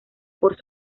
por